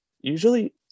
Usually